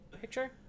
picture